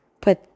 Put